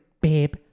babe